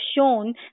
shown